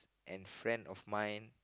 and friend of mine